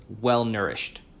well-nourished